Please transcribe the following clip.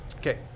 Okay